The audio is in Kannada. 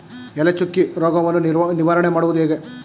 ಎಲೆ ಚುಕ್ಕಿ ರೋಗವನ್ನು ನಿವಾರಣೆ ಮಾಡುವುದು ಹೇಗೆ?